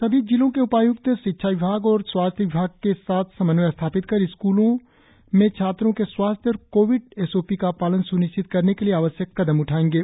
सभी जिलो के उपाय्क्त शिक्षा विभाग और स्वास्थ्य विभाग के साथ समन्वय स्थापित कर स्कूलो में छात्रों के स्वास्थ्य और कोविड एसओपी का पालन सुनिश्चित करने के लिए आवश्यक कदम उठाएंगे